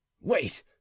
Wait